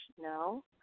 No